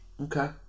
okay